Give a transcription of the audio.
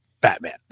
Batman